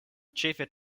ĉefe